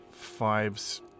FIVE's